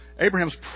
Abraham's